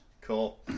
cool